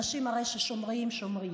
הרי אנשים ששומרים, שומרים.